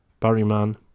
Barryman